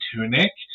Tunic